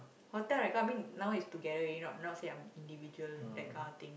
hotel right come in now is together not not say I'm individual that kind of thing